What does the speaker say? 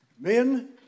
men